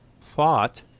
thought